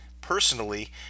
personally